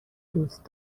دوست